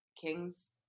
king's